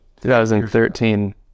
2013